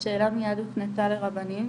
השאלה מייד הופנתה לרבנים,